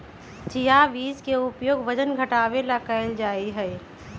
chia बीज के उपयोग वजन घटावे ला कइल जाहई